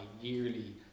yearly